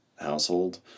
household